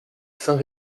saint